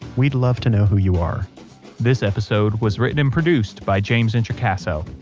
we'd love to know who you are this episode was written and produced by james introcaso,